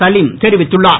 சலீம் தெரிவித்துள்ளார்